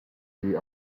the